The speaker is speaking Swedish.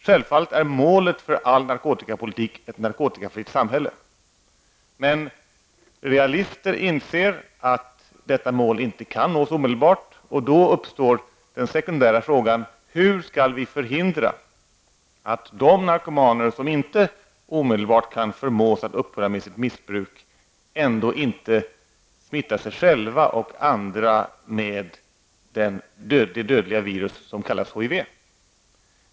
Självfallet är målet för all narkotikapolitik ett narkotikafritt samhälle, men realister inser att detta mål inte kan nås omedelbart. Och då uppstår den sekundära frågan: Hur skall vi förhindra att de narkomaner som inte omedelbart kan förmås att upphöra med sitt missbruk ändå inte smittar sig själva och andra med det dödliga virus som kallas HIV?